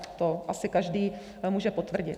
To asi každý může potvrdit.